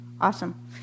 awesome